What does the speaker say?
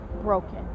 broken